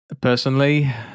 personally